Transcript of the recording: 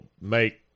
make